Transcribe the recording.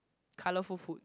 colourful food